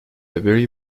very